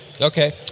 Okay